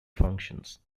functions